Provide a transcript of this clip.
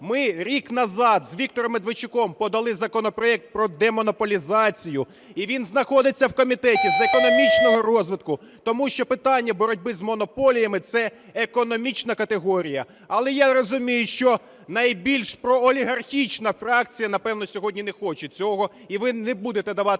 Ми рік назад з Віктором Медведчуком подали законопроект про демонополізацію, і він знаходиться в Комітеті з економічного розвитку, тому що питання боротьби з монополіями – це економічна категорія. Але я розумію, що найбільш проолігархічна фракція, напевно, сьогодні не хоче цього, і ви не будете давати